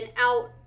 out